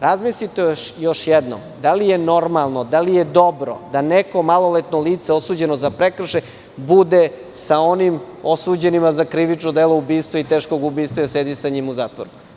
Razmislite još jednom, da li je normalno, da li je dobro, da neko maloletno lice osuđeno za prekršaj bude sa onim osuđenima za krivično delo ubistva i teškog ubistva, jer sedi sa njim u zatvoru.